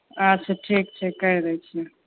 अच्छे ठीक छै कैर दै छियऽ